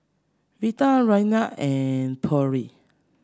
Vita Raynard and Pearle